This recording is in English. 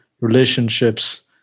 relationships